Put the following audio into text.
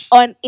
on